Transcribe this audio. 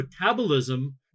metabolism